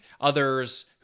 others